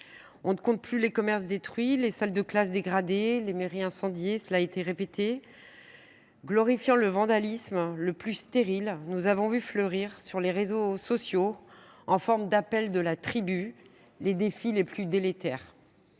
On ne compte plus les commerces détruits, les salles de classe dégradées, les mairies incendiées. Glorifiant le vandalisme le plus stérile, nous avons vu fleurir sur les réseaux sociaux, en forme d’appels de la tribu, les défis les plus délétères.